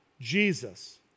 Jesus